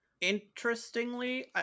Interestingly